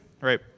right